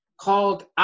called